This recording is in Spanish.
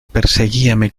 perseguíame